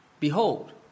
Behold